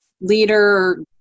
leader